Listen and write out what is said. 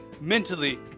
mentally